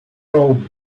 robe